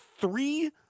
three